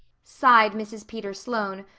sighed mrs. peter sloane,